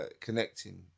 connecting